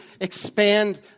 expand